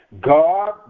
God